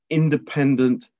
independent